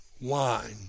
wine